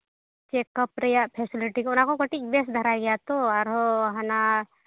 checkup ᱨᱮᱭᱟᱜ facility ᱠᱚ ᱚᱱᱟ ᱠᱟᱹᱴᱤᱡ ᱵᱮᱥ ᱫᱷᱟᱨᱟ ᱜᱮᱭᱟ ᱛᱚ ᱟᱨᱦᱚᱸ ᱦᱟᱱᱟ